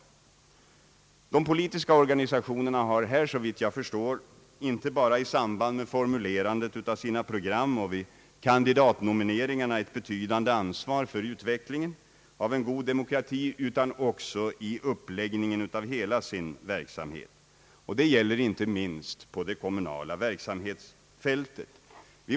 De politiska organisationerna har, såvitt jag förstår, ett betydande ansvar för utvecklingen av en god demokrati inte bara i samband med formulerandet av sina program och vid kandidatnomineringarna utan också vid uppläggningen av hela sin verksamhet. Detta gäller inte minst på det kommunala verksamhetsfältet.